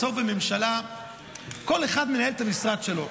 בסוף בממשלה כל אחד מנהל את המשרד שלו.